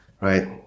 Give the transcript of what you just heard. right